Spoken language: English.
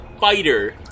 fighter